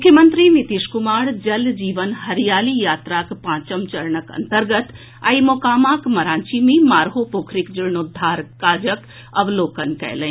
मुख्यमंत्री नीतीश कुमार जल जीवन हरियाली यात्राक पांचम चरणक अन्तर्गत आई मोकामाक मरांची मे माढ़ो पोखरिक जीर्णोद्धार कार्यक अवलोकन कयलनि